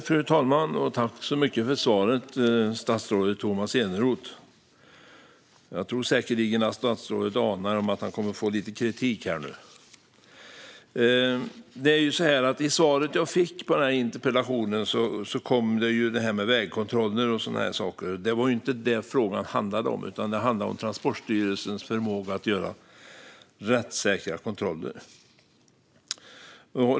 Fru talman! Tack så mycket för svaret, statsrådet Tomas Eneroth! Jag tror säkerligen att statsrådet anar att han nu kommer att få lite kritik. I det svar jag fick på interpellationen kom vägkontroller och sådana saker upp. Det var ju inte det frågan handlade om. Den handlade om Transportstyrelsens förmåga att göra rättssäkra kontroller.